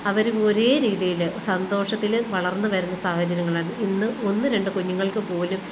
അവര് ഒരേ രീതിയിൽ സന്തോഷത്തില് വളർന്ന് വരുന്ന സാഹചര്യങ്ങളായിരുന്നു ഇന്ന് ഒന്ന് രണ്ട് കുഞ്ഞുങ്ങൾക്ക് പോലും